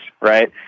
right